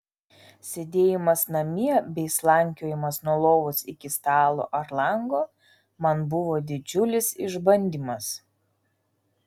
sėdėjimas namie bei slankiojimas nuo lovos iki stalo ar lango man buvo didžiulis išbandymas